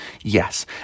yes